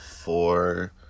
four